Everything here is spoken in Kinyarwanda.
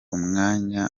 umwanya